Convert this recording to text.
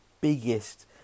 biggest